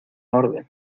orden